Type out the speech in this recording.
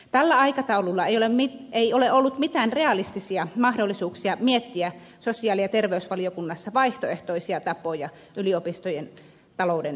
tällä aikataululla ei ole ollut mitään realistisia mahdollisuuksia miettiä sosiaali ja terveysvaliokunnassa vaihtoehtoisia tapoja yliopistojen talouden turvaamiseksi